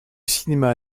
cinéma